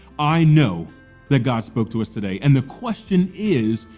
i know that god spoke to us today and the question is,